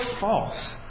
false